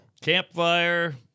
Campfire